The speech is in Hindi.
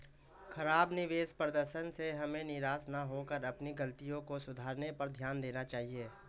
खराब निवेश प्रदर्शन से हमें निराश न होकर अपनी गलतियों को सुधारने पर ध्यान देना चाहिए